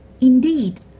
indeed